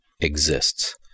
exists